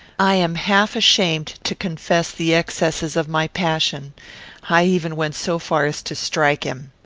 i am half ashamed to confess the excesses of my passion i even went so far as to strike him.